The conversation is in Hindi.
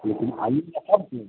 लेकिन आइएगा तब दे